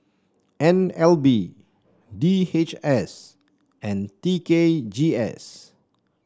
N L B D H S and T K G S